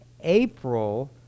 April